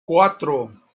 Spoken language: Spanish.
cuatro